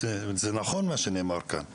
מה שנאמר כאן נכון.